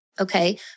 okay